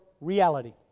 reality